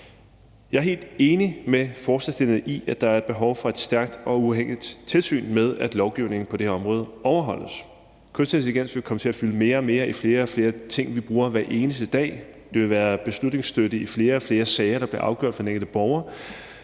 Jeg er helt enig med forslagsstillerne i, at der er et behov for et stærkt og uafhængigt tilsyn med, at lovgivningen på det her område overholdes. Kunstig intelligens vil komme til at fylde mere og mere i flere og flere ting, vi bruger hver eneste dag, og det vil være beslutningsstøtte i flere og flere sager, der bliver afgjort for den enkelte borger.